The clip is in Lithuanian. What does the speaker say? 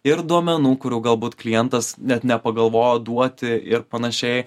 ir duomenų kurių galbūt klientas net nepagalvojo duoti ir panašiai